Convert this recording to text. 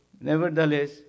Nevertheless